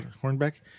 Hornbeck